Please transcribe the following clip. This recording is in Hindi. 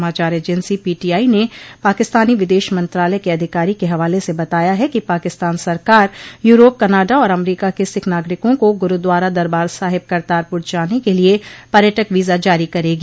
समाचार एजेंसी पीटीआई ने पाकिस्तानी विदेश मंत्रालय के अधिकारी के हवाले से बताया है कि पाकिस्तान सरकार यूरोप कनाडा और अमरीका के सिख नागरिकों को गुरूद्वारा दरबार साहिब करतारपुर जाने के लिये पर्यटक वीज़ा जारी करेगी